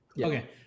Okay